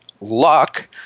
Luck